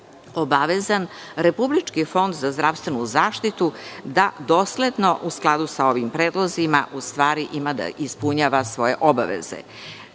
obavezan Republički fond za zdravstvenu zaštitu da dosledno, u skladu sa ovim predlozima, ima da ispunjava svoje obaveze. Pitali